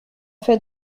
fait